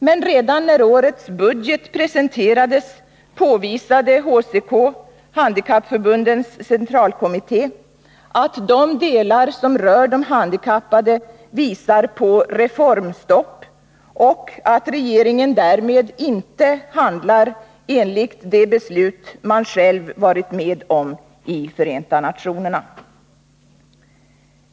Men redan när årets budget presenterades påvisade HCK — Handikappförbundens centralkommitté — att de delar i budgeten som rör de handikappade visar på reformstopp och att regeringen därmed inte handlar enligt de beslut som den själv har varit med om i FN.